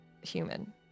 human